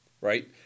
Right